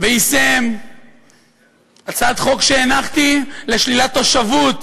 ויישם הצעת חוק שהנחתי לשלילת תושבות